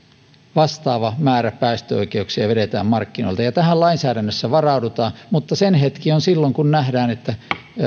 vastaava määrä päästöoikeuksia vedetään markkinoilta ja tähän lainsäädännössä varaudutaan mutta sen hetki on silloin kun nähdään että